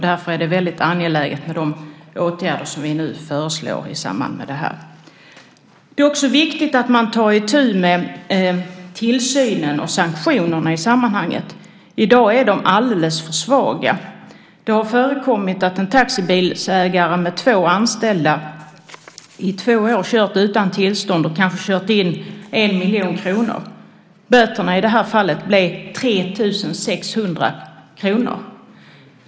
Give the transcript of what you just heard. Därför är det angeläget med de åtgärder som vi nu föreslår i samband med det här. Det är också viktigt att man tar itu med tillsynen och sanktionerna i sammanhanget. I dag är de alldeles för svaga. Det har förekommit att en taxibilsägare med två anställda i två år har kört utan tillstånd och kanske har kört in 1 miljon kronor. Böterna i det fallet blir 3 600 kr.